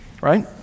right